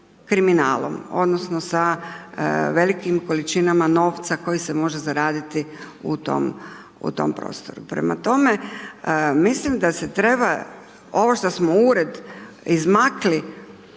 kriminalom, odnosno, sa velikim količinama novca koje se mogu zaraditi u tom prostoru. Prema tome, mislim da se treba, ovo što smo ured izmakli,